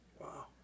Wow